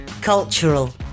cultural